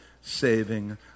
saving